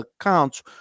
accounts